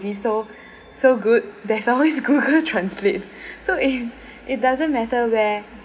so so good there's always google translate so it it doesn't matter where